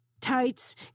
tights